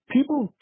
People